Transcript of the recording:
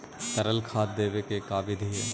तरल खाद देने के का बिधि है?